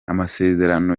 amasezerano